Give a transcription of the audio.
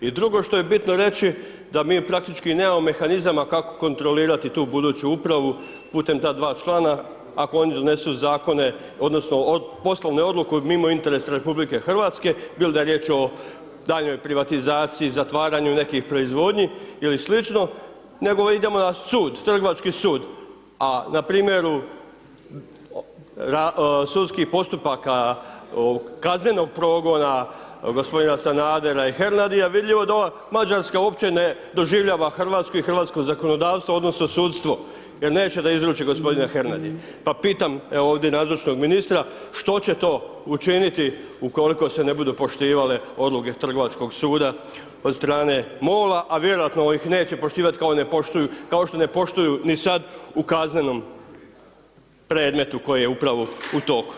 I drugo što je bitno reći da mi praktično nemamo mehanizama kako kontrolirati tu buduću Upravu putem ta dva člana, ako oni donesu Zakone odnosno poslovne odluke mimo interesa Republike Hrvatske, bilo da je riječ o daljnjoj privatizaciji, zatvaranju nekih proizvodnji ili slično, nego idemo na sud, Trgovački sud, a na primjeru sudskih postupaka kaznenog progona gospodina Sanadera i Hernadija, vidljivo da ova Mađarska uopće ne doživljava Hrvatsku i hrvatsko zakonodavstvo odnosno sudstvo, jer neće da izruči gospodina Hernadi, pa pitam ovdje nazočnog ministra, što će to učiniti ukoliko se ne bude poštivale odluke Trgovačkog suda od strane MOL-a, a vjerojatno ih neće poštivati kao što ne poštuju ni sad u kaznenom predmetu koji je upravo u toku.